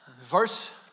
verse